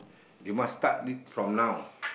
you must start read from now